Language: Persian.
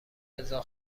رضا